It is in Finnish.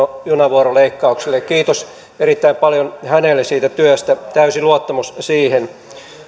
junavuoroleikkauksille kiitos erittäin paljon hänelle siitä työstä täysi luottamus siihen